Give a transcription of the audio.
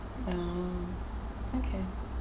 oh okay